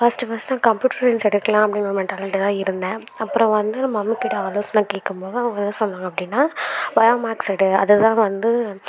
first first நான் computer science எடுக்கலாம் அப்படின்ற மென்டாலிட்டில தான் இருந்தேன் அப்புறம் வந்து நான் மம்மிக்கிட்ட ஆலோசனை கேட்கும்போது அவங்க என்ன சொன்னாங்க அப்படின்னா பயோ மேக்ஸ் எடு அது தான் வந்து